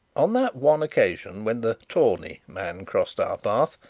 on that one occasion when the tawny man crossed our path,